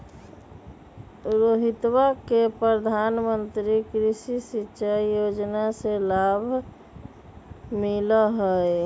रोहितवा के प्रधानमंत्री कृषि सिंचाई योजना से लाभ मिला हई